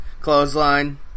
Clothesline